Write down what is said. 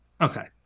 okay